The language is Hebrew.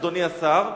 אדוני השר,